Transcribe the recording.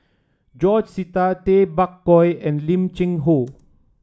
George Sita Tay Bak Koi and Lim Cheng Hoe